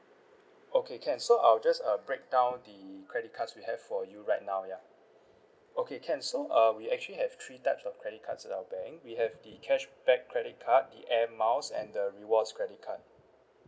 okay can so I'll just uh break down the credit cards we have for you right now ya okay can so uh we actually have three types of credit cards in our bank we have the cashback credit card the air miles and the rewards credit card